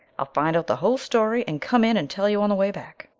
i'll find out the whole story and come in and tell you on the way back.